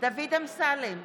דוד אמסלם,